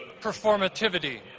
performativity